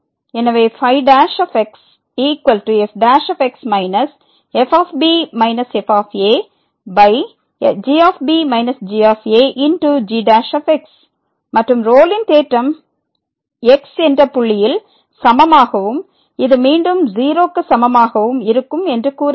எனவே ϕxfx fb fagb gagx மற்றும் ரோலின் தேற்றம் x என்ற புள்ளியில் சமமாகவும் இது மீண்டும் 0 க்கு சமமாகவும் இருக்கும் என்று கூறுகிறது